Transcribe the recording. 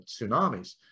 tsunamis